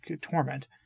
torment